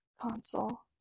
console